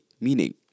meaning